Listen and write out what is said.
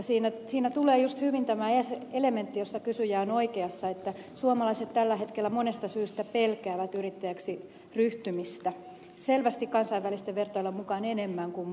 mutta siinä tulee juuri hyvin tämä elementti jossa kysyjä on oikeassa että suomalaiset tällä hetkellä monesta syystä pelkäävät yrittäjäksi ryhtymistä selvästi kansainvälisten vertailujen mukaan enemmän kuin muut